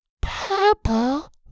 purple